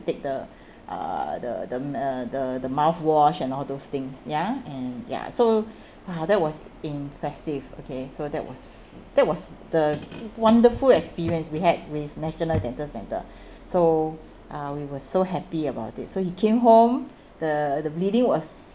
take the uh the the the the mouthwash and all those things ya and ya so !wah! that was impressive okay so that was that was the wonderful experience we had with national dental centre so uh we were so happy about it so he came home the the bleeding was